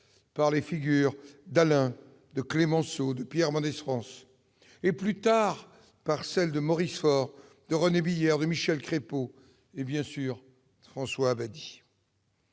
par les figures d'Alain, de Clemenceau, de Pierre Mendès France, et, plus tard, par celles de Maurice Faure, René Billères, Michel Crépeau et, bien sûr, de François Abadie